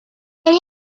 negli